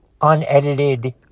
unedited